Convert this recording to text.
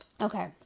Okay